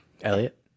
Elliot